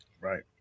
Right